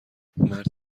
مردی